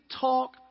talk